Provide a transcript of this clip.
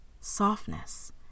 Softness